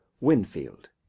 Winfield